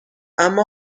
اما